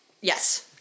Yes